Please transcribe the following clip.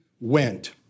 went